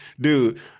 Dude